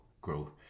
growth